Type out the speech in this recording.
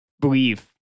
believe